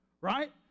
right